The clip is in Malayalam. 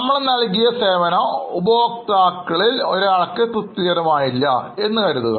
നമ്മൾ നൽകിയ സേവനം ഉപഭോക്താക്കളിൽ ഒരാൾക്ക് തൃപ്തികരമായില്ല എന്ന് കരുതുക